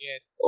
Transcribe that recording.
Yes